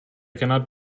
cannot